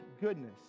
goodness